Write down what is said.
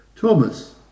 Thomas